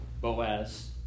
Boaz